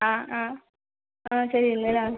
ஆ ஆ ஆ செய்வீங்க